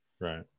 Right